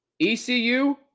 ECU